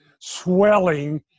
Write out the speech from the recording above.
Swelling